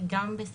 גם היא בסדר